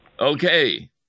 Okay